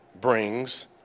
brings